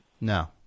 No